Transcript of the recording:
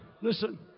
Listen